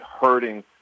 hurting